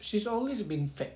she's always been fat